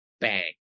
Bang